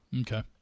Okay